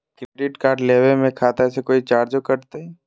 Credit card लेवे में खाता से कोई चार्जो कटतई?